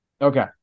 Okay